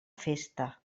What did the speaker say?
festa